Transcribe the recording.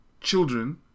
children